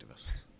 activists